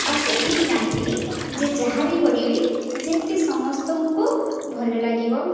ବାସ୍ ଏତିକି ଜାଣିଥିଲି ଯେ ଯାହା ବି କରିବି ଯେମିତି ସମସ୍ତଙ୍କୁ ଭଲ ଲାଗିବ